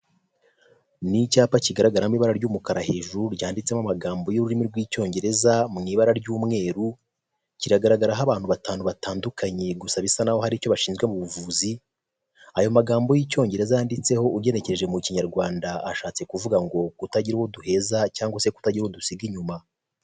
Ni icyapa kigaragaramo ibara ry'umukara hejuru ryanditsemo amagambo y'ururimi rw'icyongereza mu ibara ry'umweru, kiragaragaraho abantu batanu batandukanye gusa bisa naho hari icyo bashinzwe mu buvuzi, ayo magambo y'icyongereza yanditseho ugenekereje mu kinyarwanda ashatse kuvuga ngo kutagira uwo duheza cyangwa se kutagira uwo dusiga inyuma.